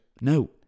No